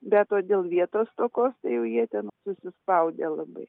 bet o dėl vietos stokos tai jau jie ten susispaudę labai